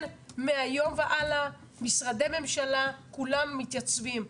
מהיום והלאה משרדי ממשלה כולם מתייצבים.